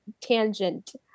Tangent